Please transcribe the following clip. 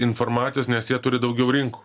informacijos nes jie turi daugiau rinkų